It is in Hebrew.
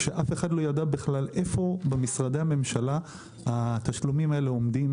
אף אחד לא ידע בכלל איפה במשרדי הממשלה עומדים התשלומים האלה,